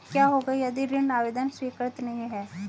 क्या होगा यदि ऋण आवेदन स्वीकृत नहीं है?